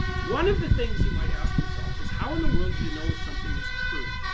one of the things you might ask yourself is how in the world do you know if something is true?